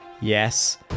Yes